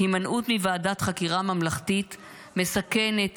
הימנעות מוועדת חקירה ממלכתית מסכנת